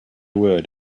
word